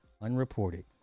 unreported